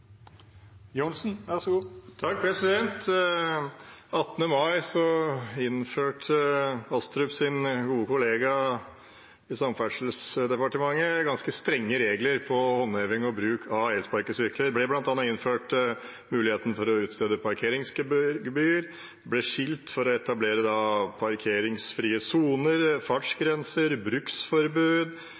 mai innførte Astrups gode kollega i Samferdselsdepartementet ganske strenge regler for håndheving og bruk av elsparkesykler. Det ble bl.a. innført en mulighet for å utstede parkeringsgebyr, det ble skilt for å etablere parkeringsfrie soner, fartsgrenser, bruksforbud,